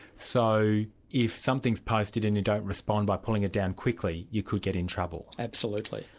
so if something's posted and you don't respond by pulling it down quickly, you could get in trouble? absolutely.